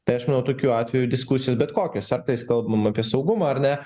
tai aš manau tokiu atveju diskusijos bet kokios ar tais kalbame apie saugumą ar ne